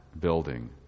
building